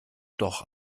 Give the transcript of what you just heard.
doch